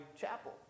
Chapel